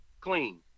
clean